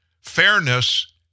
Fairness